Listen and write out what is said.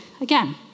Again